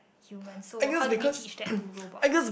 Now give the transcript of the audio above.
human so how do we teach that to robots